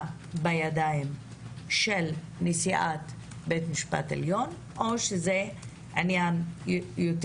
בידיים של נשיאת בית המשפט העליון או שזה עניין יותר